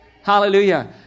Hallelujah